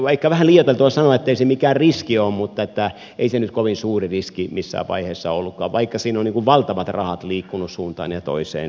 vaikka on vähän liioiteltua sanoa ettei se mikään riski ole mutta että ei se nyt kovin suuri riski missään vaiheessa ollutkaan vaikka siinä ovat valtavat rahat liikkuneet suuntaan ja toiseen